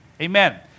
Amen